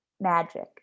magic